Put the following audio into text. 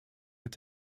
mit